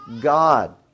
God